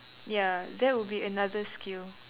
ya that would be another skill